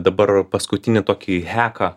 dabar paskutinį tokį heką